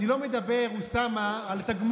אוסאמה.